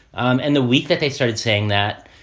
um and the week that they started saying that,